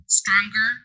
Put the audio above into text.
stronger